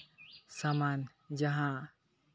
ᱥᱟᱢᱟᱱ ᱡᱟᱦᱟᱸ